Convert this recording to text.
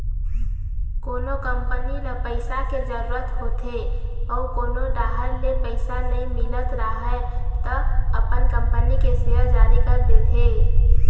कोनो कंपनी ल पइसा के जरूरत होथे अउ कोनो डाहर ले पइसा नइ मिलत राहय त अपन कंपनी के सेयर जारी कर देथे